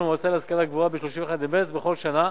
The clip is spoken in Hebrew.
למועצה להשכלה גבוהה ב-31 במרס בכל שנה.